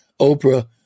Oprah